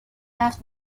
عقد